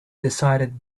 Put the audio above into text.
decided